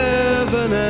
Heaven